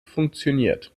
funktioniert